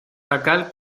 jacal